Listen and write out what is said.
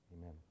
Amen